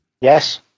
Yes